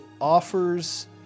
offers